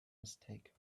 mistake